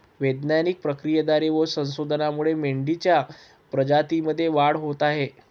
वैज्ञानिक प्रक्रियेद्वारे व संशोधनामुळे मेंढीच्या प्रजातीमध्ये वाढ होत आहे